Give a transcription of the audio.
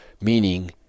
meaning